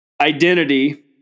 identity